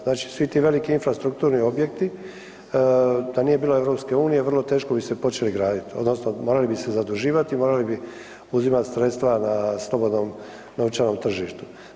Znači svi ti veliki infrastrukturni objekti, da nije bilo EU vrlo teško bi se počeli graditi odnosno morali bi se zaduživati i morali bi uzimati sredstava na slobodnom novčanom tržištu.